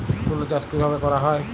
তুলো চাষ কিভাবে করা হয়?